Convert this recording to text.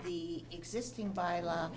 the existing by law